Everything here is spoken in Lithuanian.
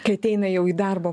kai ateina jau į darbo